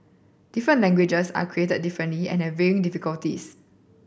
different languages are created differently and varying difficulties